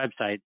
website